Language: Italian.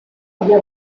abbia